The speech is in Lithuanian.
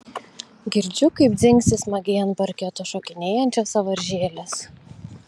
girdžiu kaip dzingsi smagiai ant parketo šokinėjančios sąvaržėlės